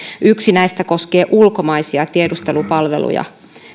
yksi näistä koskee ulkomaisia tiedustelupalveluja